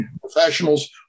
professionals